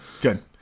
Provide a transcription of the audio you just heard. good